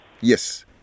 Yes